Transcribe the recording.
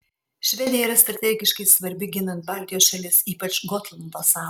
švedija yra strategiškai svarbi ginant baltijos šalis ypač gotlando sala